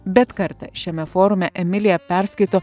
bet kartą šiame forume emilija perskaito